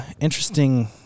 Interesting